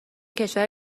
کشور